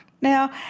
Now